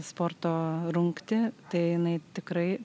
sporto rungtį tai jinai tikrai